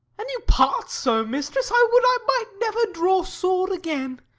and you part so, mistress, i would i might never draw sword again.